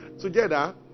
together